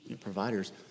providers